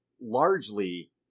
largely